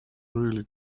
really